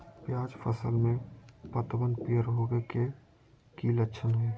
प्याज फसल में पतबन पियर होवे के की लक्षण हय?